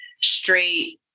straight